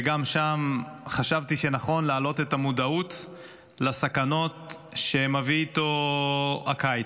וגם שם חשבתי שנכון להעלות את המודעות לסכנות שמביא איתו הקיץ.